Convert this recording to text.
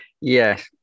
Yes